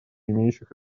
имеющих